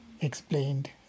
explained